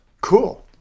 cool